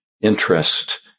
interest